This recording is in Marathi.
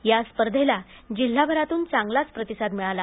या स्पर्धेलाही जिल्हाभरातून चांगला प्रतिसाद मिळाला